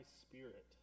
spirit